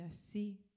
see